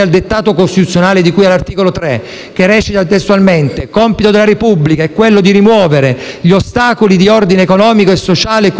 al dettato costituzionale di cui all'articolo 3, che al secondo comma recita testualmente: «È compito della Repubblica rimuovere gli ostacoli di ordine economico e sociale,